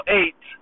eight